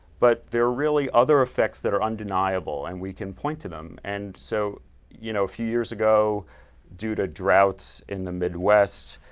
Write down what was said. but there are really other effects that are undeniable and we can point to them. and so a you know few years ago due to droughts in the midwest,